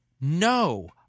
no